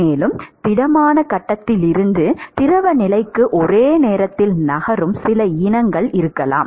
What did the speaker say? மேலும் திடமான கட்டத்திலிருந்து திரவ நிலைக்கு ஒரே நேரத்தில் நகரும் சில இனங்கள் இருக்கலாம்